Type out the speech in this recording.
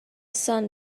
sun